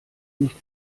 nicht